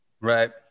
Right